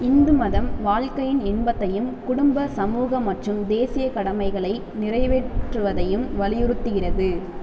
இந்து மதம் வாழ்க்கையின் இன்பத்தையும் குடும்ப சமூக மற்றும் தேசியக் கடமைகளை நிறைவேற்றுவதையும் வலியுறுத்துகிறது